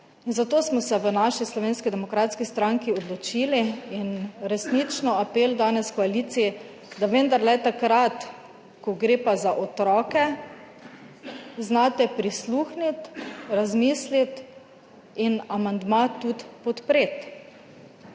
Zato smo se v Slovenski demokratski stranki odločili in resnično apel danes koaliciji, da vendarle takrat, ko gre pa za otroke, znate prisluhniti, razmisliti in amandma tudi podpreti.